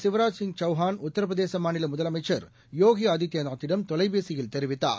சிவராஜ் சிங் சவ்கான் உத்தரபிரதேசமாநிலமுதலமைச்சர் யோகிஆதித்யநாத் திடம் தொலைபேசியில் தெரிவித்தார்